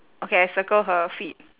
okay I circle her feet